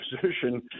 position